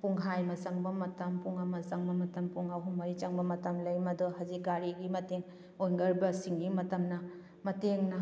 ꯄꯨꯡꯈꯥꯏ ꯑꯃ ꯆꯪꯕ ꯃꯇꯝ ꯄꯨꯡ ꯑꯃ ꯆꯪꯕ ꯃꯇꯝ ꯄꯨꯡ ꯑꯍꯨꯝ ꯃꯔꯤ ꯆꯪꯕ ꯃꯇꯝ ꯂꯩ ꯃꯗꯣ ꯍꯧꯖꯤꯛ ꯒꯥꯔꯤꯒꯤ ꯃꯇꯦꯡ ꯋꯤꯡꯒꯔ ꯕꯁ ꯁꯤꯡꯒꯤ ꯃꯇꯝꯅ ꯃꯇꯦꯡꯅ